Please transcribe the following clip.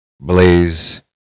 blaze